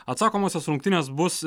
atsakomosios rungtynės bus